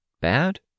Bad